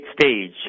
stage